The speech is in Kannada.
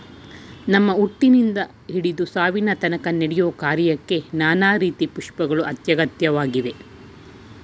ನಮ್ಮ ಹುಟ್ಟಿನಿಂದ ಹಿಡ್ದು ಸಾವಿನತನ್ಕ ನಡೆಯೋ ಕಾರ್ಯಕ್ಕೆ ನಾನಾ ರೀತಿ ಪುಷ್ಪಗಳು ಅತ್ಯಗತ್ಯವಾಗಯ್ತೆ